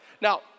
Now